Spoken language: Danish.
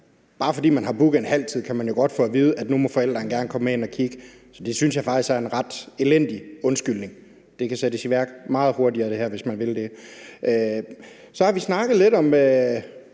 Selv om nogen har booket en haltid, kan de jo godt få at vide, at nu må forældrene gerne komme med ind og kigge. Så det synes jeg faktisk er en rigtig elendig undskyldning. Det her kan sættes i værk meget hurtigere, hvis man vil det. Så har vi snakket lidt om